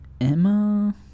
Emma